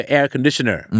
Air-conditioner